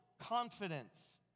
confidence